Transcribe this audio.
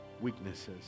weaknesses